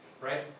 right